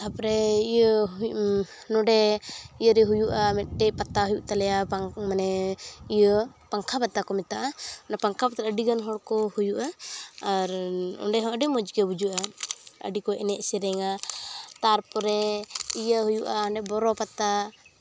ᱛᱟᱨᱯᱚᱨᱮ ᱤᱭᱟᱹ ᱱᱚᱸᱰᱮ ᱤᱭᱟᱹᱨᱮ ᱦᱩᱭᱩᱜᱼᱟ ᱢᱤᱫᱴᱤᱡ ᱯᱟᱛᱟ ᱦᱩᱭᱩᱜ ᱛᱟᱞᱮᱭᱟ ᱵᱟᱝ ᱢᱟᱱᱮ ᱯᱟᱝᱠᱷᱟ ᱯᱟᱛᱟ ᱠᱚ ᱢᱮᱛᱟᱜᱼᱟ ᱚᱱᱟ ᱯᱟᱝᱠᱷᱟ ᱯᱟᱛᱟᱨᱮ ᱟᱹᱰᱤᱜᱟᱱ ᱦᱚᱲᱠᱚ ᱦᱩᱭᱩᱜᱼᱟ ᱟᱨ ᱚᱸᱰᱮ ᱦᱚᱸ ᱟᱹᱰᱤ ᱢᱚᱦᱽ ᱜᱮ ᱵᱩᱡᱩᱜᱼᱟ ᱟᱹᱰᱤᱠᱚ ᱮᱱᱮᱡ ᱥᱮᱨᱮᱧᱟ ᱛᱟᱨᱯᱚᱨᱮ ᱤᱭᱟᱹ ᱦᱩᱭᱩᱜᱼᱟ ᱵᱚᱨᱚ ᱯᱟᱛᱟ